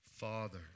Father